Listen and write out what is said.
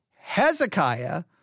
Hezekiah